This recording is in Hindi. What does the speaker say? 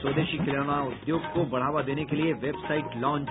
स्वदेशी खिलौना उद्योग को बढ़ावा देने के लिये वेबसाईट लॉन्च